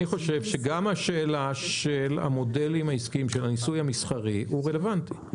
אני חושב שגם שאלת הניסוי המסחרי היא רלוונטית.